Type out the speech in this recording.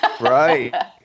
Right